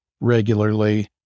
regularly